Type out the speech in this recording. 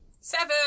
Seven